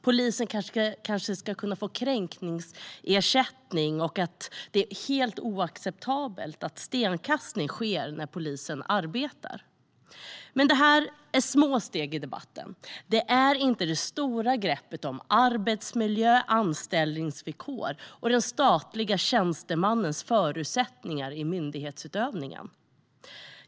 Polisen kanske ska kunna få kränkningsersättning, och det är helt oacceptabelt att stenkastning sker när polisen arbetar. Men det är små steg i debatten. Det är inte det stora greppet om arbetsmiljö, anställningsvillkor och den statliga tjänstemannens förutsättningar i myndighetsutövningen.